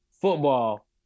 football